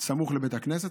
סמוך לבית הכנסת.